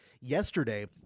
yesterday